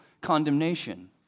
condemnation